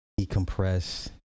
decompress